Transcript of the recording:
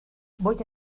voy